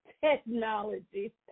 technology